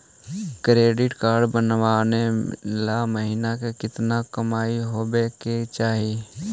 Credit card बनबाबे ल महीना के केतना कमाइ होबे के चाही?